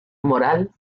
moral